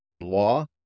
law